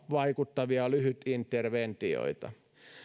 vaikuttavia lyhytinterventioita